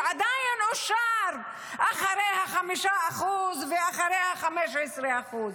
שעדיין אושר אחרי ה-5% ואחרי ה-15%.